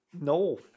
No